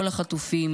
כל החטופים,